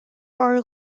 our